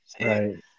Right